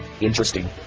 Interesting